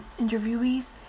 interviewees